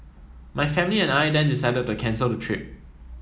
my family and I then decided to cancel the trip